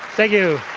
thank you.